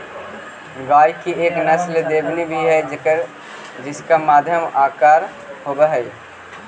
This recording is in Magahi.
गाय की एक नस्ल देवनी भी है जिसका मध्यम आकार होवअ हई